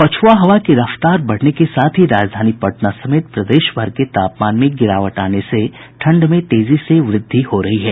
पछुआ हवा की रफ्तार बढ़ने के साथ ही राजधानी पटना समेत प्रदेशभर के तापमान में गिरावट आने से ठंड में तेजी से वृद्धि हो रही है